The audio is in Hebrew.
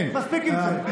מספיק עם זה.